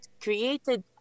created